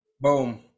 boom